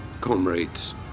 Comrades